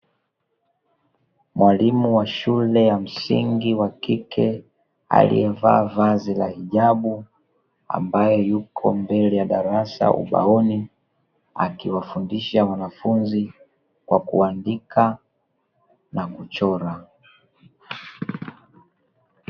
Mwalimu wa shule ya msingi wa kike aliyevaa vazi la hijabu, ambaye yupo mbele ya darasa ubaoni, akiwafundisha wanafunzi kwa kuandika na kuchora.